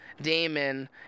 Damon